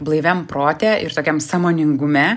blaiviam prote ir tokiam sąmoningume